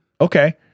Okay